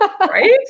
Right